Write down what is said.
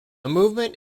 movement